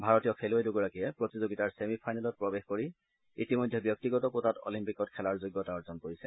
ভাৰতীয় খেলুৱৈ দুগৰাকীয়ে প্ৰতিযোগিতাৰ ছেমি ফাইনেলত প্ৰৱেশ কৰি ইতিমধ্যে ব্যক্তিগত কোটাত অলিম্পিকত খেলাৰ যোগ্যতা অৰ্জন কৰিছে